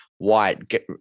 white